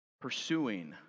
Pursuing